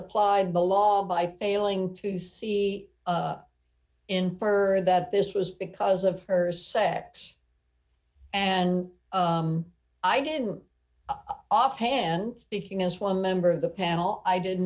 misapplied the law by failing to see infer that this was because of her sex and i didn't offhand speaking as one member of the panel i did